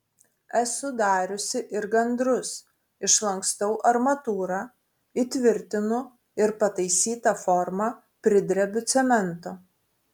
esu dariusi ir gandrus išlankstau armatūrą įtvirtinu ir pataisytą formą pridrebiu cemento